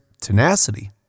tenacity